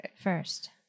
first